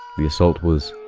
the assault was.